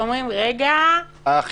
הם קמים בבוקר ואומרים: רגע,